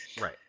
Right